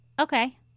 Okay